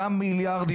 גם משלמים מיליארדים.